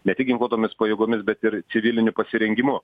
ne tik ginkluotomis pajėgomis bet ir civiliniu pasirengimu